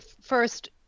first